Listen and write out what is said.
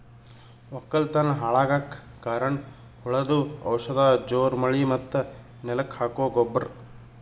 ವಕ್ಕಲತನ್ ಹಾಳಗಕ್ ಕಾರಣ್ ಹುಳದು ಔಷಧ ಜೋರ್ ಮಳಿ ಮತ್ತ್ ನೆಲಕ್ ಹಾಕೊ ಗೊಬ್ರ